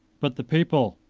but the people,